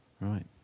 Right